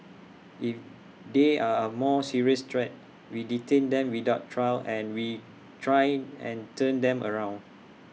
if they are A more serious threat we detain them without trial and we try and turn them around